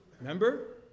Remember